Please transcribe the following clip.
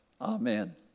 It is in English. Amen